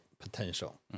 potential